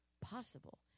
possible